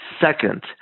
Second